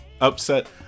upset